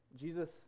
Jesus